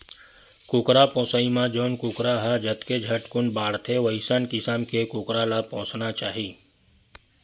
कुकरा पोसइ म जउन कुकरा ह जतके झटकुन बाड़थे वइसन किसम के कुकरा ल पोसना चाही